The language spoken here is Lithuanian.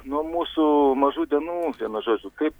nuo mūsų mažų dienų nuo žodžių kaip